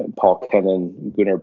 and paul kennen, you know